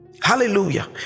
Hallelujah